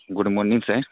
good morning sir